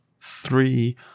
three